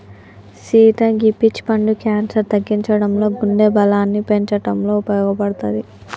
సీత గీ పీచ్ పండు క్యాన్సర్ తగ్గించడంలో గుండె బలాన్ని పెంచటంలో ఉపయోపడుతది